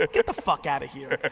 ah get the fuck outta here.